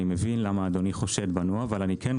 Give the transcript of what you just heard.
אני מבין למה אדוני חושד בנו אבל אני כן רוצה להגיד